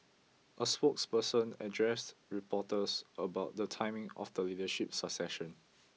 a spokesperson addressed reporters about the timing of the leadership succession